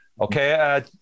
Okay